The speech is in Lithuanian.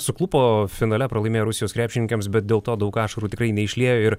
suklupo finale pralaimėję rusijos krepšininkėms bet dėl to daug ašarų tikrai neišliejo ir